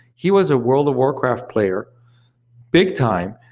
he was a world of warcraft player big-time,